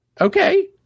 Okay